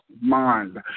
mind